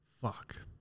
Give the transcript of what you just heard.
Fuck